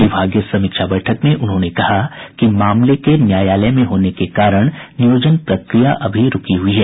विभागीय समीक्षा बैठक में उन्होंने कहा कि मामले के न्यायालय में होने के कारण नियोजन प्रक्रिया अभी रूकी हुई है